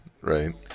right